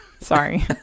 Sorry